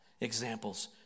examples